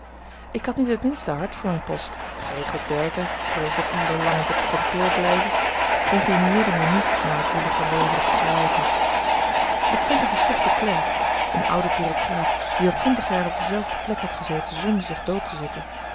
ik had niet het minste hart voor mijn post geregeld werken geregeld uren lang op het bureau blijven convenieerde mij niet na het woelige leven dat ik geleid had ik vond een geschikten klerk een ouden bureaucraat die al twintig jaren op dezelfde plek had gezeten zonder zich dood te zitten